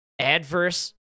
adverse